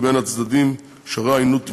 ובין הצדדים שררה עוינות תמידית.